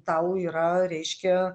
tau yra reiškia